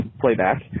playback